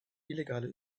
illegale